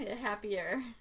Happier